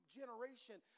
generation